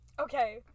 Okay